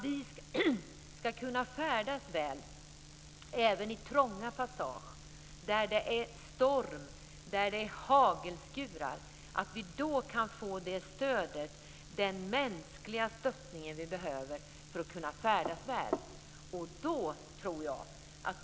Vi ska kunna färdas väl även i trånga passager där det är storm och hagelskurar och få det mänskliga stöd vi behöver.